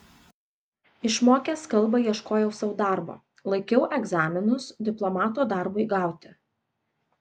išmokęs kalbą ieškojau sau darbo laikiau egzaminus diplomato darbui gauti